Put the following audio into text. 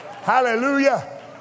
Hallelujah